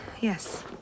Yes